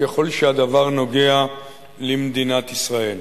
ככל שהדבר נוגע למדינת ישראל.